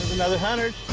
another hundred.